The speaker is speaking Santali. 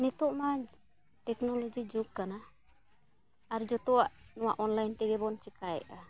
ᱱᱤᱛᱳᱜ ᱢᱟ ᱴᱮᱠᱱᱳᱞᱚᱡᱤ ᱡᱩᱜᱽ ᱠᱟᱱᱟ ᱟᱨ ᱡᱷᱚᱛᱚᱣᱟᱜ ᱱᱚᱣᱟ ᱚᱱᱞᱟᱭᱤᱱ ᱛᱮᱜᱮ ᱵᱚᱱ ᱪᱤᱠᱟᱹᱭᱮᱜᱼᱟ